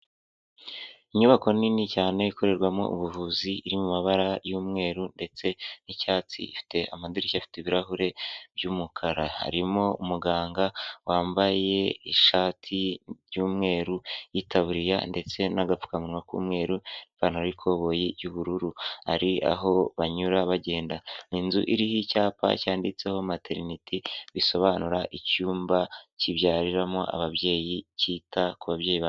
Inyubako nini cyane ikorerwamo ubuvuzi, iri mu mabara y'umweru ndetse n'icyatsi, ifite amadirishya afite ibirahure by'umukara. Harimo umuganga wambaye ishati y'umweru y'itaburiya ndetse n'agapfukamuwa k'umweru, ipantaro y'ikoboye y'ubururu. Hari aho banyura bagenda. Ni inzu iriho icyapa cyanditseho materineti bisobanura icyumba kibyariramo ababyeyi cyita ku babyeyi.